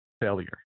failure